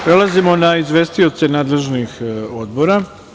Prelazimo na izvestioce nadležnih odbora.